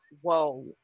whoa